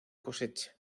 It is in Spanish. cosecha